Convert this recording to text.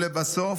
לבסוף,